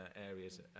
areas